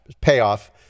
payoff